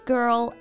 Girl